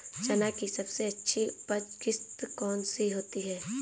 चना की सबसे अच्छी उपज किश्त कौन सी होती है?